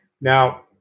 Now